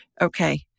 okay